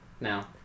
now